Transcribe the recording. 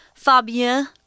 Fabien